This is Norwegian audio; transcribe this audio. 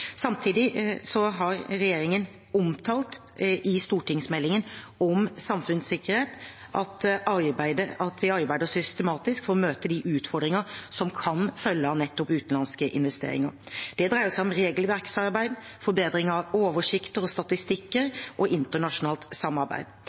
Samtidig har regjeringen omtalt i stortingsmeldingen om samfunnssikkerhet at vi arbeider systematisk for å møte de utfordringer som kan følge av nettopp utenlandske investeringer. Det dreier seg om regelverksarbeid, forbedring av oversikter og statistikker